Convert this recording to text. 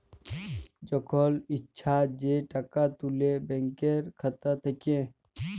যখল ইছা যে টাকা তুলে ব্যাংকের খাতা থ্যাইকে